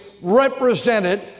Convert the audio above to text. represented